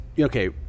okay